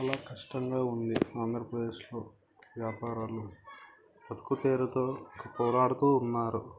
చాలా కష్టంగా ఉంది ఆంధ్రప్రదేశ్లో వ్యాపారాలు బతుకుతెరువుతో పోరాడుతు ఉన్నారు